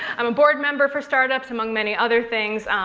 i'm a board member for startups, among many other things,